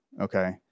Okay